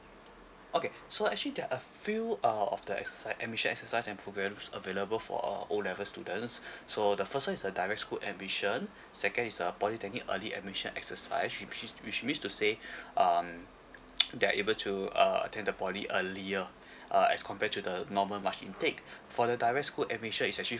okay so actually there are a few uh of the exercise admission exercise and programs available for uh O level students so the first one is a direct school admission second is a polytechnic early admission exercise which means which means to say um they're able to uh attend the poly earlier uh as compared to the normal march intake for the direct school admission is actually